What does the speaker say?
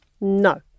No